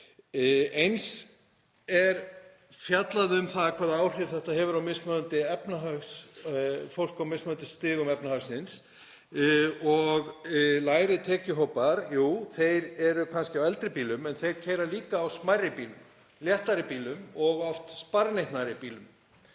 Eins er fjallað um það hvaða áhrif þetta hefur á fólk á mismunandi stigum efnahagsins. Lægri tekjuhópar, jú, þeir eru kannski á eldri bílum en þeir keyra líka á smærri bílum, léttari bílum og oft sparneytnari, alla